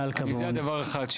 אני יודע דבר אחד,